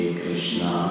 krishna